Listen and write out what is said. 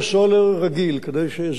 כדי שזיהום האוויר יהיה קטן יותר,